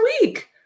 week